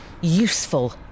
useful